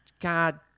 God